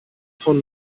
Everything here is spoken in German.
von